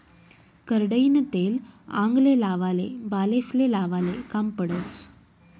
करडईनं तेल आंगले लावाले, बालेस्ले लावाले काम पडस